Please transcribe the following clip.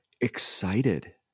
excited